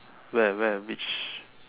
where where which